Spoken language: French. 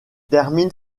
termine